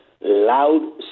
loud